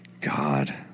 God